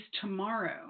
tomorrow